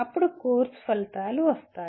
అప్పుడు కోర్సు ఫలితాలు వస్తాయి